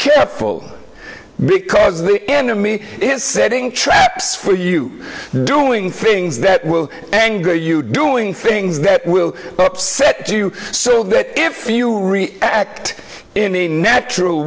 careful because the enemy is setting traps for you doing things that will anger you doing things that will upset you so that if you act in a natural